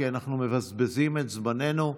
כי אנחנו מבזבזים את זמננו.